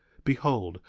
behold,